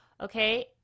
Okay